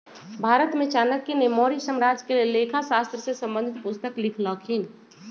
भारत में चाणक्य ने मौर्ज साम्राज्य के लेल लेखा शास्त्र से संबंधित पुस्तक लिखलखिन्ह